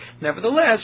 nevertheless